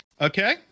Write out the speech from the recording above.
Okay